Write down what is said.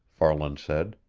farland said.